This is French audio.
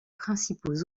principaux